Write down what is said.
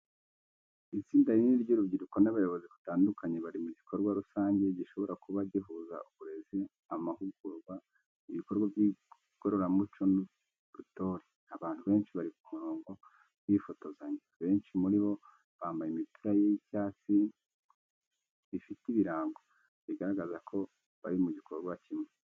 Itsinda rinini ry’urubyiruko n’abayobozi batandukanye bari mu gikorwa rusange, gishobora kuba gihuza uburezi, amahugurwa, ibikorwa by’igororamuco n'ubutore. Abantu benshi bari ku murongo bifotozanya, benshi muri bo bambaye imipira y’icyatsi bifite ibirango, bigaragaza ko bari mu gikorwa kimwe.